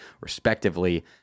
respectively